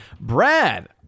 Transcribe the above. Brad